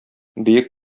бөек